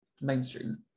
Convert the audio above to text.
mainstream